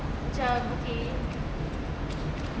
macam okay